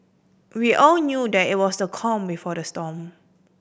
we all knew that it was the calm before the storm